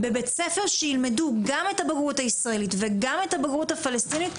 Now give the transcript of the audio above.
בבית ספר שילמדו גם את הבגרות הישראלית וגם את הבגרות הפלסטינית,